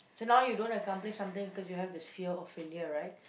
so now you don't accomplish something cause you have this fear of failure right